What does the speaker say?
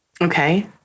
Okay